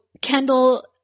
Kendall